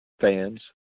fans